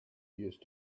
used